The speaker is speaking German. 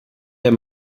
der